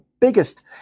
biggest